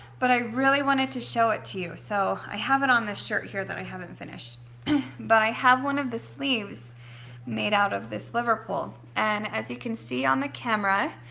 but i really wanted to show it to you. so i have it on this shirt here that i haven't finished but i have one of the sleeves made out of this liverpool and as you can see on the camera,